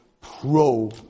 pro